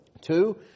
Two